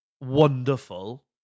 wonderful